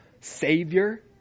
Savior